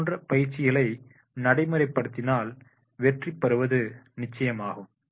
இது போன்ற பயிற்சிகளை நடைமுறைப்படுத்தினால் வெற்றி பெறுவது நிச்சயமாகும்